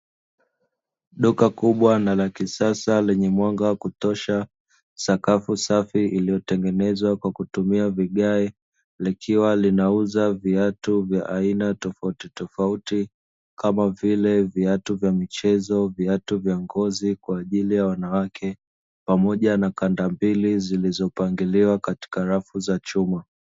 Duka kubwa na la kisasa lenye mwanga wa kutosha sakafu safi iliyotengenezwa kwa kutumia vigae, likiwa linauza viatu vya aina tofauti tofauti kama vile michezo viatu vya ngozi kwa ajili ya wanawake pamoja na kandambili zilizopangiliwa katika rafu za chuma.